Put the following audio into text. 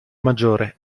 maggiore